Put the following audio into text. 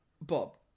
Bob